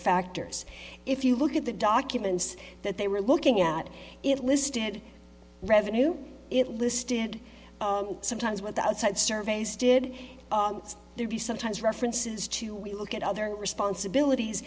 factors if you look at the documents that they were looking at it listed revenue it listed sometimes with outside surveys did they be sometimes references to we look at other responsibilities